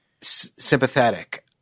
Sympathetic